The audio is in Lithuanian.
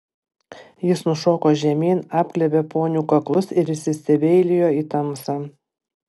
jis nušoko žemyn apglėbė ponių kaklus ir įsistebeilijo į tamsą